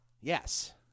Yes